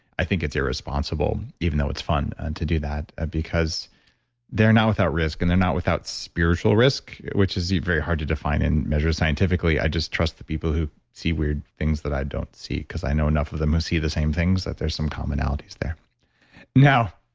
i think it's irresponsible, even though it's fun to do that, ah because they're not without risk and they're not without spiritual risk, which is very hard to define and measure scientifically. i just trust the people who see weird things that i don't see, because i know enough of them who see the same things that there's some commonalities there now,